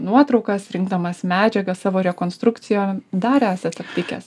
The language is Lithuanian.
nuotraukas rinkdamas medžiagą savo rekonstrukcijo dar esat aptikęs